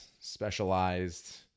specialized